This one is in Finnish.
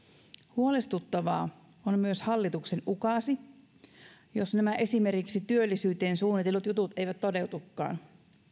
huolestuttavaa on myös hallituksen ukaasi että jos nämä esimerkiksi työllisyyteen suunnitellut jutut eivät toteudukaan